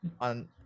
on